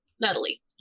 Natalie